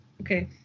Okay